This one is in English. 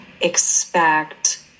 expect